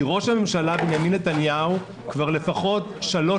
ראש הממשלה בנימין נתניהו כבר לפחות שלוש